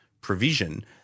provision